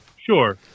Sure